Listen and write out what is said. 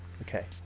Okay